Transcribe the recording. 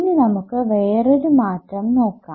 ഇനി നമുക്ക് വേറൊരു മാറ്റം നോക്കാം